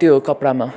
त्यो कपडामा